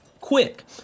Quick